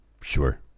Sure